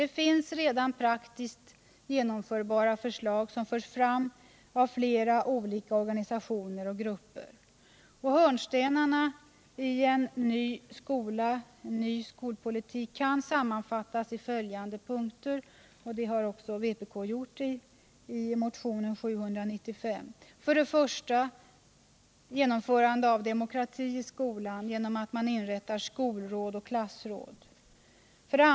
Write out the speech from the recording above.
Det finns redan praktiskt genomförbara förslag som förs fram av flera olika organisationer och grupper. Hörnstenarna i en ny skolpolitik kan sammanfattas i följande punkter, och det har vpk gjort i motionen 795: 2.